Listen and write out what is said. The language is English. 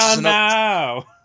now